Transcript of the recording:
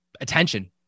attention